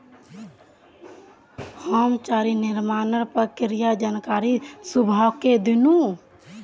हामी चारा निर्माणेर प्रक्रियार जानकारी सबाहको दिनु